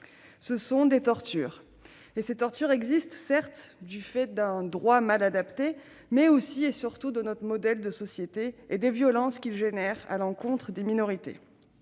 ce sont des tortures. Elles existent, certes, du fait d'un droit mal adapté, mais aussi et, surtout, de notre modèle de société et des violences à l'encontre des minorités